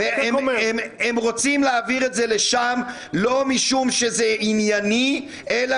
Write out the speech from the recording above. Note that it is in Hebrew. הם רוצים להעביר את זה לשם לא משום שזה ענייני אלא